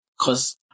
Cause